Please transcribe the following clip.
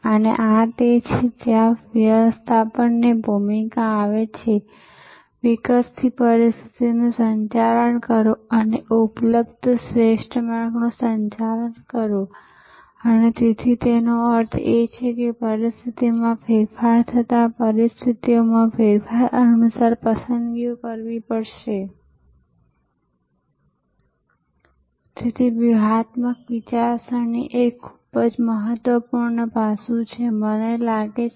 અને આ ઉતરાણ અને ઉતાર નેટવર્ક વિમાન સંબંધિત અમારી પાસે સંખ્યાબંધ અન્ય સેવાઓ છે બળતણ સેવાઓ વિમાનની જાળવણી સેવાઓ સામાન લોડિંગ અનલોડિંગયાત્રિ લોડિંગ અનલોડિંગ અને અન્ય તમામ વિવિધ પ્રકારની સેવાઓ જે આધુનિક એરપોર્ટ ને ખરેખર ખૂબ મોટુ સેવા કારખાનું બનાવે છે